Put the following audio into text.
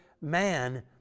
man